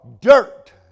dirt